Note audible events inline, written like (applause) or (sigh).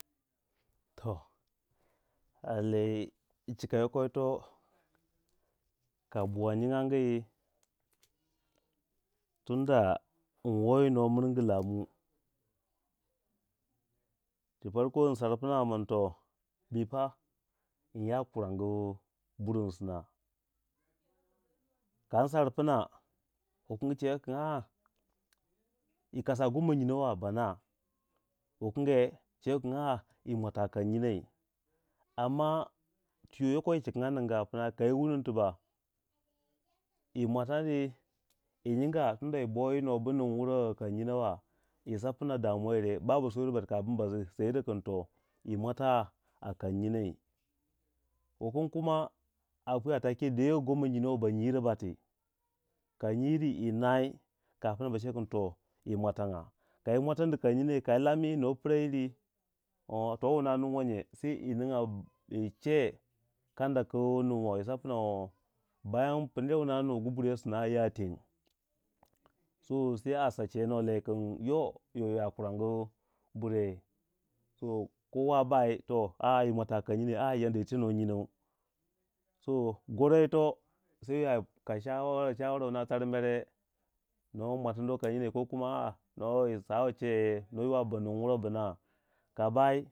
To kan lei chika yoko yito (noise) ka buwai nyi ngyangi tunda n'wo yi nuwa miringu lamu tu farko nsar pna min to mi fa nya ku rangu burunsina kan sarpna wukangi chewei kin a a yio klasa goma nyinowa bana wukange chewai kin a a yi mwatangya kan nyinei amma tu yo yoko yi cikanga ningu a pna ka yi wunan ti bak yi mwatandi yi yinga tunda yi bo yi nuwa bu ning wura kan nyinowa yi sapna damuwa yire ba- ba suwa yiro bati kafin ba sayiro kin to yi mulatangya kan nyinei, wu konge dong apuli kuma dewei goma nyinou wa bati ka nyi yiri yi nayi kapn ba chekin to yi mwatangya, kayi mwatani kanyinei, kayi lami nuwa pra yiri o to wuna ni ngula nye se yi ningya yi che kanda ku ning wa yi sapna a bayan pu ner wuna nugu burye sna ya teng so se a sa chei nuwa lei kin yo yoya kurangu buryei (hesitation) kowa bai to a yi mwata kanyinei a iya yi teni nyinou so goro yito sai a chawara, ka chawara wuna tar mere no mwatano kanyinei ko kuma a a no saro chei no yiwa bu ning wura bna kabai.